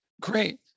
Great